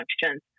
functions